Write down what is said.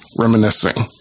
reminiscing